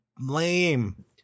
lame